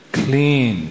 clean